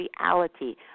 reality